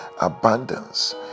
abundance